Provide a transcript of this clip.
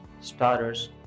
starters